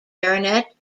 baronet